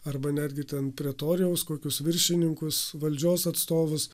arba netgi ten pretorijaus kokius viršininkus valdžios atstovus